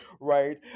right